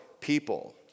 people